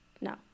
no